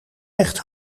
echt